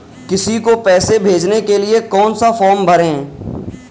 किसी को पैसे भेजने के लिए कौन सा फॉर्म भरें?